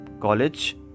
College